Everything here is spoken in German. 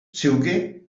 züge